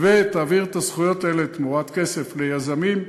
ותעביר את הזכויות האלה תמורת כסף ליזמים.